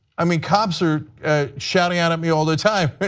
i mean cops are shouting out a meal the time.